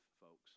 folks